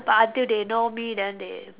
but until they know me then they